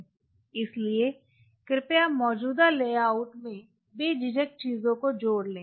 इसलिए कृपया मौजूदा लेआउट में बेझिझक चीजों को जोड़ लें